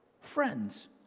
Friends